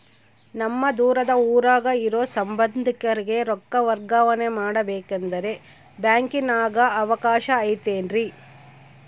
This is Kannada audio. ನಮ್ಮ ದೂರದ ಊರಾಗ ಇರೋ ಸಂಬಂಧಿಕರಿಗೆ ರೊಕ್ಕ ವರ್ಗಾವಣೆ ಮಾಡಬೇಕೆಂದರೆ ಬ್ಯಾಂಕಿನಾಗೆ ಅವಕಾಶ ಐತೇನ್ರಿ?